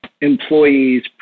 employees